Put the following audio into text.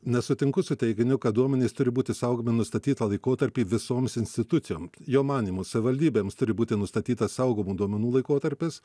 nesutinku su teiginiu kad duomenys turi būti saugomi nustatytą laikotarpį visoms institucijom jo manymu savivaldybėms turi būti nustatytas saugomų duomenų laikotarpis